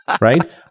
Right